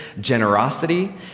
generosity